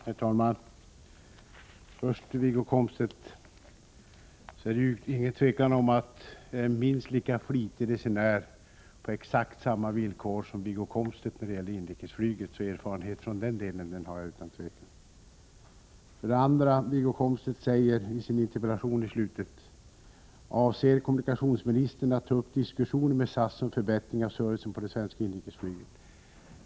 Herr talman! För det första råder det inte något tvivel om att jag är minst lika flitig resenär som Wiggo Komstedt. Vi reser på exakt samma villkor när det gäller inrikesflyget, så nog har jag erfarenhet av det. Därom råder alltså inget tvivel. För det andra vill jag återknyta till Wiggo Komstedts fråga i slutet av interpellationen: Avser kommunikationsministern att ta upp diskussioner med SAS om förbättring av servicen på det svenska inrikesflyget?